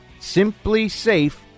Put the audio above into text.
simplysafe